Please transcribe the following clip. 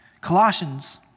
Colossians